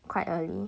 quite early